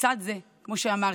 לצד זה, כמו שאמרתי,